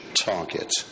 target